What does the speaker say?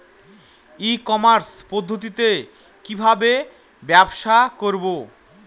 ই commerce পদ্ধতিতে কি ভাবে ব্যবসা করব?